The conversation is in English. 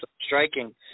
striking